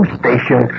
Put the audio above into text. station